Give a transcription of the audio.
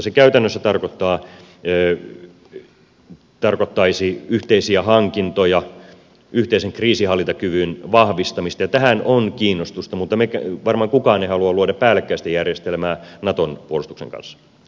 se käytännössä tarkoittaisi yhteisiä hankintoja yhteisen kriisinhallintakyvyn vahvistamista ja tähän on kiinnostusta mutta varmaan kukaan ei halua luoda päällekkäistä järjestelmää naton puolustuksen kanssa